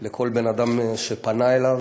לכל בן אדם שפנה אליו.